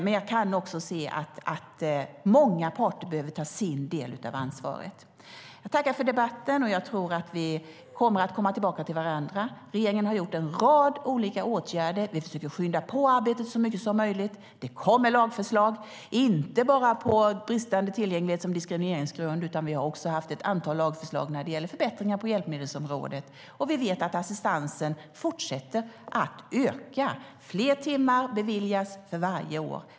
Men jag kan också se att många parter behöver ta sin del av ansvaret. Jag tackar för debatten och tror att vi kommer att komma tillbaka till varandra. Regeringen har gjort en rad olika åtgärder. Vi försöker skynda på arbetet så mycket som möjligt. Det kommer lagförslag inte bara om bristande tillgänglighet som diskrimineringsgrund. Vi har också haft ett antal lagförslag om förbättringar på hjälpmedelsområdet. Vi vet att assistansen fortsätter att öka. Fler timmar beviljas för varje år.